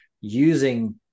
using